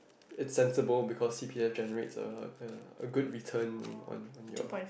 it's sensible because c_p_f generates a a a good return on on your